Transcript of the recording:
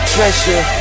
Treasure